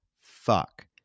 fuck